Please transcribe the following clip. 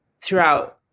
throughout